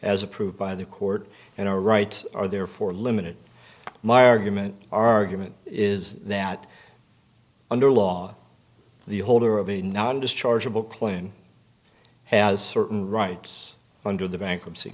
as approved by the court and our rights are therefore limited my argument argument is that under law the holder of a not dischargeable plane has certain rights under the bankruptcy